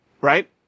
Right